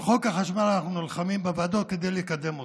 על חוק החשמל אנחנו נלחמים בוועדות כדי לקדם אותו.